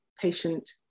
patient